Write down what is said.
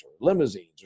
Limousines